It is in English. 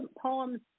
poems